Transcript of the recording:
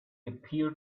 appeared